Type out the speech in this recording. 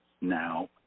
Now